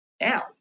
Now